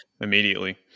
immediately